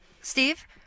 Steve